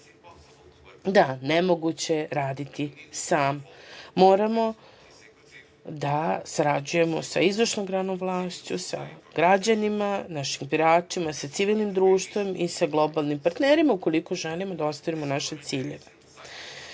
Nemoguće je raditi sam. Moramo da sarađujemo sa izvršnom granom vlasti, sa građanima, našim biračima, sa civilnim društvom i sa globalnim partnerima, ukoliko želimo da ostvarimo naše ciljeve. Ova